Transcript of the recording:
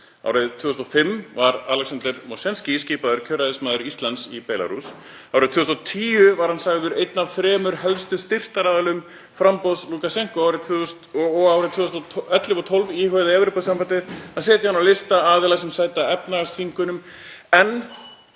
Árið 2005 var Alexander Mosjenskí skipaður kjörræðismaður Íslands í Belarús. Árið 2010 var hann sagður einn af þremur helstu styrktaraðilum framboðs Lúkasjenkós og árin 2011 og 2012 íhugaði Evrópusambandið að setja hann á lista aðila sem sæta efnahagsþvingunum